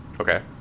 okay